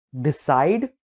decide